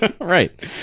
Right